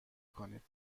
کنید